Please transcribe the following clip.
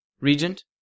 Regent